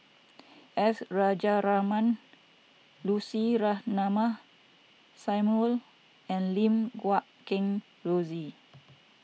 S Rajaratnam Lucy Ratnammah Samuel and Lim Guat Kheng Rosie